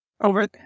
Over